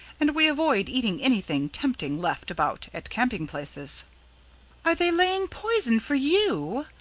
and we avoid eating anything tempting left about at camping places. are they laying poison for you?